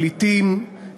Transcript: פליטים,